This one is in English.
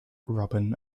robin